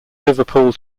liverpool